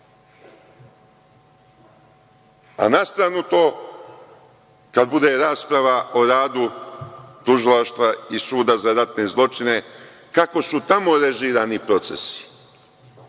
stranu to, kada bude rasprava o radu Tužilaštva i Suda za ratne zločine, kako su tamo režirani procesi,